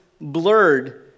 blurred